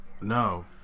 No